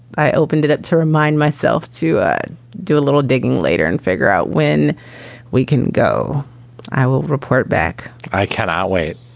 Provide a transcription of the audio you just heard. i opened it up to remind myself to do a little digging later and figure out when we can go i will report back. i cannot wait.